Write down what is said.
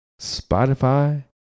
Spotify